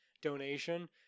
donation